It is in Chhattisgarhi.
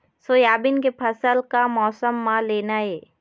सोयाबीन के फसल का मौसम म लेना ये?